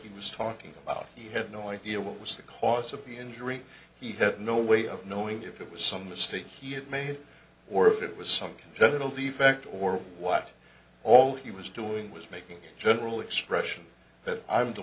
he was talking about he had no idea what was the cause of the injury he had no way of knowing if it was some mistake he had made or if it was some congenital defect or what all he was doing was making a general expression that i'm the